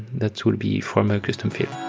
that will be from a custom field.